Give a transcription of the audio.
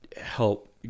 help